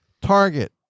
Target